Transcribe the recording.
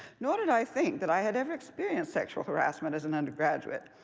nor did i think that i had ever experienced sexual harassment as an undergraduate.